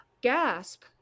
Gasp